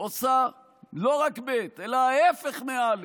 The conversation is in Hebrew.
ועושה לא רק ב' אלא ההפך מא'.